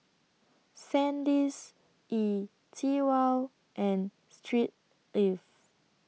Sandisk E TWOW and Street Ives